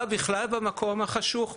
קצב החשיפה לא מתקרב אפילו למה שמתבקש,